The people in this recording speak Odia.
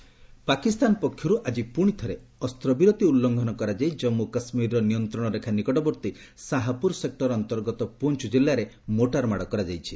ପାକିସ୍ତାନ୍ ସିଜ୍ ଫାୟାର୍ ପାକିସ୍ତାନ ପକ୍ଷରୁ ଆଜି ପୁଣିଥରେ ଅସ୍ତ୍ରବିରତି ଉଲ୍ଲୁଙ୍ଘନ କରାଯାଇ ଜାନ୍ସୁ କାଶ୍ମୀରର ନିୟନ୍ତ୍ରଣ ରେଖା ନିକଟବର୍ତ୍ତୀ ଶାହାପୁର ସେକୁର ଅନ୍ତର୍ଗତ ପୁଞ୍ଚ ଜିଲ୍ଲାରେ ମୋର୍ଟାର୍ ମାଡ଼ କରାଯାଇଛି